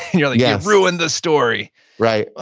yeah yeah ruined the story right.